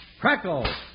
crackle